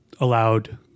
allowed